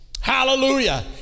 Hallelujah